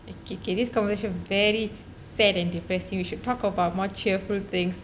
K K this conversation very sad and depressed you should talk about more cheerful thing